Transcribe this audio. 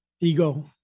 ego